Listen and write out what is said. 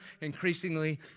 increasingly